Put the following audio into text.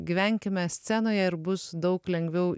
gyvenkime scenoje ir bus daug lengviau